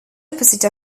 opposite